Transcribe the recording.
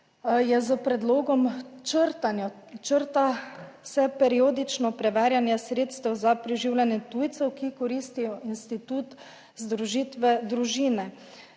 je s predlogom črtanja, črta se periodično preverjanje sredstev za preživljanje tujcev, ki koristijo institut združitve družine.